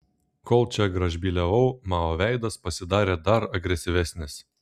kol čia gražbyliavau mao veidas pasidarė dar agresyvesnis